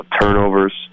turnovers